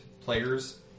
players